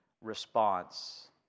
response